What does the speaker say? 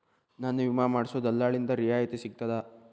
ನನ್ನ ವಿಮಾ ಮಾಡಿಸೊ ದಲ್ಲಾಳಿಂದ ರಿಯಾಯಿತಿ ಸಿಗ್ತದಾ?